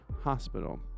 hospital